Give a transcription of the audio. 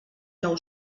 nou